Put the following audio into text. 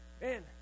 man